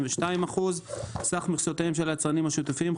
42%; סך כל מכסותיהם של היצרנים השיתופיים,